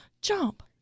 jump